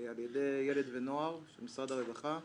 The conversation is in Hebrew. על ידי "ילד ונוער" של משרד הרווחה.